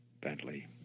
Bentley